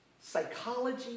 psychology